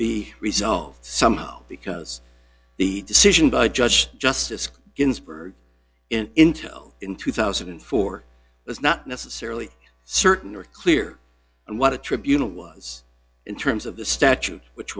be resolved somehow because the decision by judge justice ginsburg in intel in two thousand and four was not necessarily certain or clear and what the tribunal was in terms of the statute which